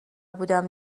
بودم